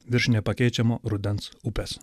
virš nepakeičiamo rudens upės